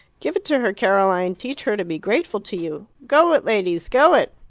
give it to her, caroline! teach her to be grateful to you. go it, ladies go it!